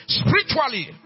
spiritually